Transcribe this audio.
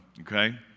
okay